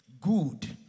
good